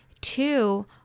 Two